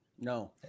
No